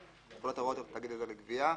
מתחולת ההוראות על תאגיד עזר לגבייה.